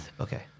Okay